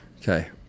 okay